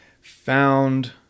found